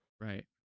Right